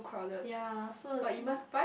ya so